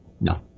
No